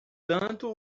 tanto